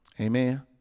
Amen